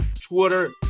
Twitter